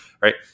right